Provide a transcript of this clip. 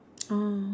oh